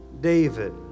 David